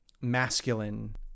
masculine